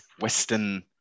Western